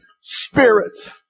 Spirit